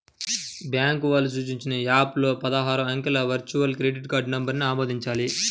bank వాళ్ళు సూచించిన app లో పదహారు అంకెల వర్చువల్ క్రెడిట్ కార్డ్ నంబర్ను ఆమోదించాలి